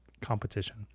competition